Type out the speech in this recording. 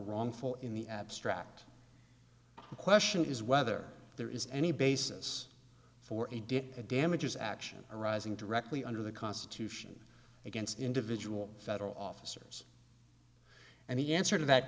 wrongful in the abstract the question is whether there is any basis for it did a damages action arising directly under the constitution against individual federal officers and the answer to that